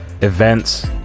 events